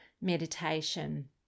meditation